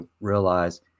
realize